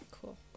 Cool